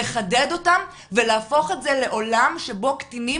לחדד אותם ולהפוך את זה לעולם שבו קטינים